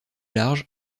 large